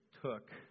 took